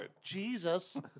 Jesus